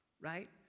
right